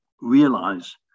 realize